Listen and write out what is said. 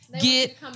get